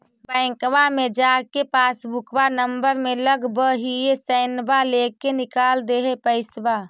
बैंकवा मे जा के पासबुकवा नम्बर मे लगवहिऐ सैनवा लेके निकाल दे है पैसवा?